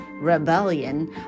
rebellion